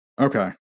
Okay